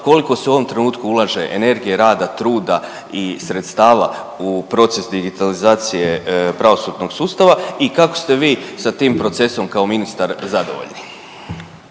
koliko se u ovom trenutku ulaže energije, rada, truda i sredstava u proces digitalizacije pravosudnog sustava i kako ste vi sa tim procesom kao ministar zadovoljni?